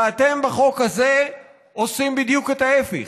ואתם בחוק הזה עושים בדיוק את ההפך.